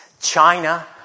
China